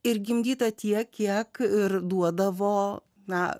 ir gimdyta tiek kiek ir duodavo na